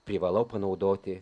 privalau panaudoti